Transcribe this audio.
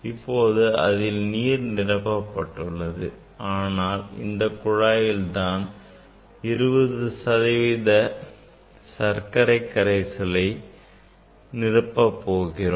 இப்போது அதில் நீர் நிரப்பப்பட்டுள்ளது ஆனால் இந்த குழாயிலேயே தான் நாம் 20 சதவீத சர்க்கரை கரைசலை நிரப்ப போகிறோம்